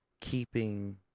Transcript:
keeping